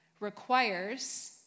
requires